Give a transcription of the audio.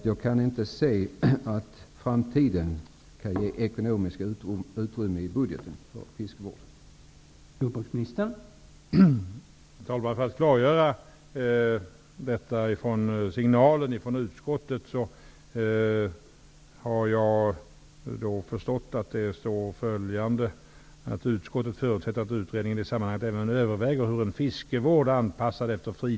Jag kan inte se att framtiden kan ge ekonomiska utrymmen för fiskevård i budgeten.